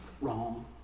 Wrong